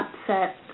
upset